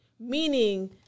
Meaning